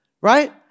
Right